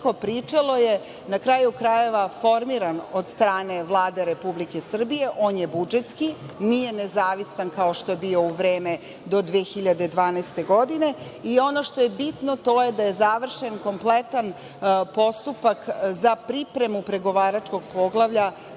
pričalo je, na kraju krajeva, formiran od strane Vlade Republike Srbije. On je budžetski, nije nezavistan, kao što je bio u vreme do 2012. godine. Ono što je bitno to je da završen kompletan postupak za pripremu pregovaračkog poglavlja